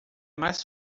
mais